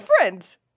different